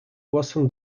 głosem